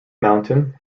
mountain